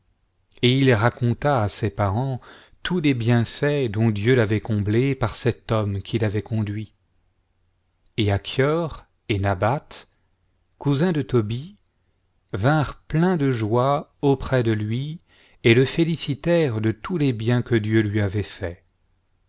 et il raconta à ses parents tous les bienfaits dont dieu l'avait comblé par cet homme qui l'avait conduit et achior et nabath cousins de tobie vinrent pleins de joie auprès de lui et le félicitèrent de tous les biens que dieu lui avait faits